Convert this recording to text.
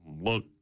look